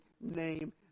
name